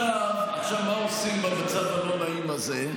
עכשיו, מה עושים במצב הלא-נעים הזה?